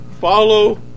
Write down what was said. follow